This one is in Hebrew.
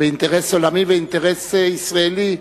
באינטרס העולמי ובאינטרס הישראלי,